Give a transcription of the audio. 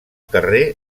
carrer